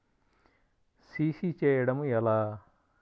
CC చేయడము ఎలా?